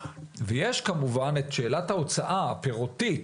ויש כמובן את שאלת ההוצאה הפירותית,